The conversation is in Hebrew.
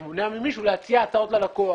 אתה מונע ממישהו להציע הצעות ללקוח.